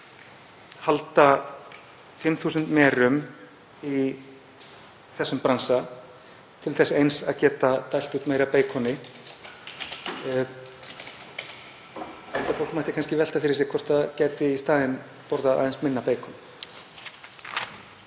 að halda 5.000 merum í þessum bransa til þess eins að geta dælt út meira beikoni — þetta fólk mætti kannski velta fyrir sér hvort það geti í staðinn borða aðeins minna beikon.